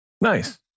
Nice